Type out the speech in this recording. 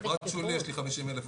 ופרט שולי, יש לי 50,000 עובדים.